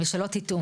ושלא תטעו